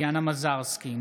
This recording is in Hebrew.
טטיאנה מזרסקי,